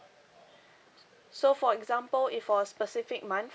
so for example if for specific month